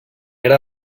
era